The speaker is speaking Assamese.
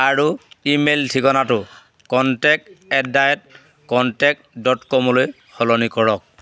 আৰু ইমেইল ঠিকনাটো contact at the rate contact dot কমলৈ সলনি কৰক